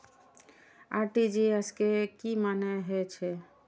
RTGS के की मानें हे छे?